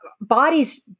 bodies